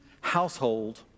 household